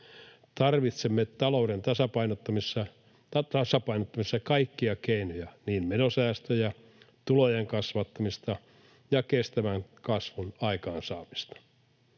Tarvitsemme talouden tasapainottamisessa kaikkia keinoja, niin menosäästöjä, tulojen kasvattamista kuin kestävän kasvun aikaansaamista.